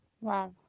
Wow